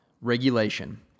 regulation